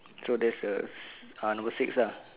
so there's a uh number six ah